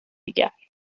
دیگر